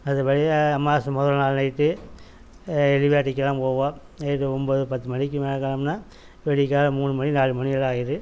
அடுத்தபடியாக அமாவாசை மொதல் நாள் நைட்டு வேட்டைக்கு கிளம்பி போவோம் நைட்டு ஒன்போது பத்து மணிக்கு மேல் கிளம்புனா விடியகாலை மூணு மணி நாலு மணி இதாயிடுது